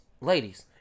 Ladies